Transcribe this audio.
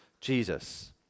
Jesus